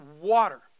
water